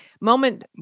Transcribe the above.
moment